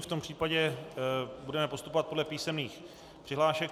V tom případě budeme postupovat podle písemných přihlášek.